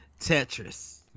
Tetris